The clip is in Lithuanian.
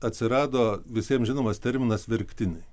atsirado visiem žinomas terminas verktiniai